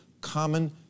common